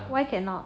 why cannot